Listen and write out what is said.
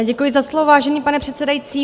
Děkuji za slovo, vážený pane předsedající.